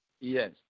yes